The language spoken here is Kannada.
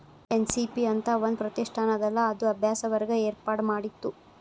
ಎಸ್.ಎನ್.ಪಿ ಅಂತ್ ಒಂದ್ ಪ್ರತಿಷ್ಠಾನ ಅದಲಾ ಅದು ಅಭ್ಯಾಸ ವರ್ಗ ಏರ್ಪಾಡ್ಮಾಡಿತ್ತು